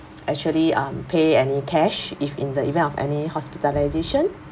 actually um pay any cash if in the event of any hospitalisation